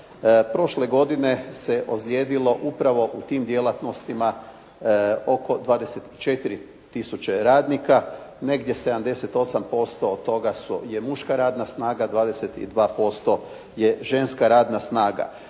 Prošle godine se ozlijedilo upravo u tim djelatnostima oko 24 tisuće radnika, negdje 78% od toga je muška radna snaga, 22% je ženska radna snaga.